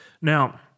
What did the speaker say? Now